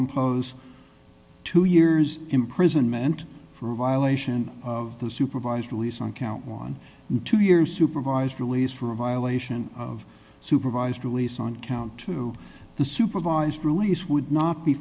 impose two years imprisonment for violation of the supervised release on count twelve years supervised release for a violation of supervised release on count two the supervised release would not be